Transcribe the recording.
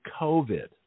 COVID